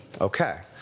Okay